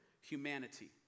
humanity